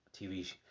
TV